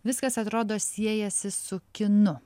viskas atrodo siejasi su kinu